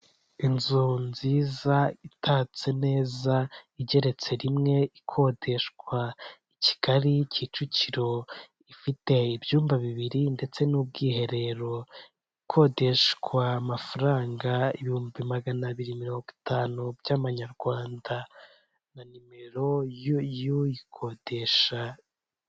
Inzu nziza itatse neza igeretse rimwe ikodeshwa i Kigali Kicukiro, ifite ibyumba bibiri ndetse n'ubwiherero. Ikodeshwa amafaranga ibihumbi magana abiri mirongo itanu by'amanyarwanda, na nimero y'uyikodesha.